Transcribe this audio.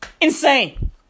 Insane